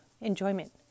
enjoyment